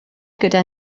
gyda